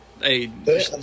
Hey